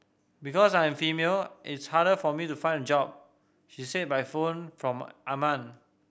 because I am female it's harder for me to find job she said by phone from Amman